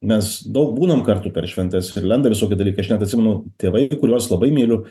mes daug būnam kartu per šventes ir lenda visoki dalykai aš net atsimenu tėvai kuriuos labai myliu